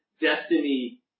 Destiny